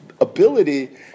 ability